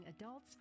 adults